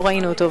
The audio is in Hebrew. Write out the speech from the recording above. לא ראינו אותו,